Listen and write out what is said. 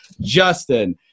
Justin